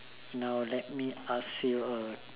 now let me ask you a